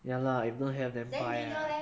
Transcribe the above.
ya lah if don't have then buy ah